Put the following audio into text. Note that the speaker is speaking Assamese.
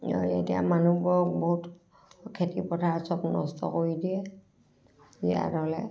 এতিয়া মানুহবোৰক বহুত খেতি পথাত চব নষ্ট কৰি দিয়ে জীয়া ঢলে